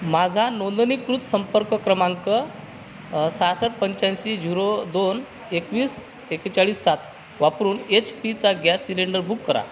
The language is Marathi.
माझा नोंदणीकृत संपर्क क्रमांक सहासष्ट पंच्याऐंशी झिरो दोन एकवीस एक्केचाळीस सात वापरून एच पीचा गॅस सिलेंडर बुक करा